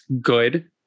good